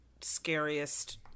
scariest